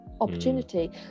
opportunity